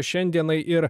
šiandienai ir